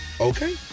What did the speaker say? Okay